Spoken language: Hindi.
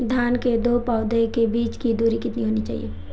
धान के दो पौधों के बीच की दूरी कितनी होनी चाहिए?